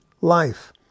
life